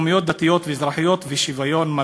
התעלמות מאותו עם פלסטיני-ערבי החי בארצו ולא בטובה מאף אחד,